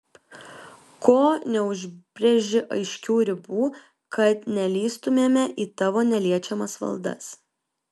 ko neužbrėži aiškių ribų kad nelįstumėme į tavo neliečiamas valdas